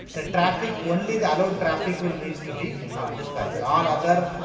the traffic only the allowed traffic will reach to the dispatcher, and all other.